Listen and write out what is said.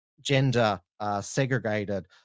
gender-segregated